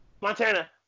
Montana